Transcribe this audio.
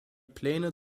pläne